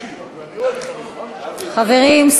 חברים,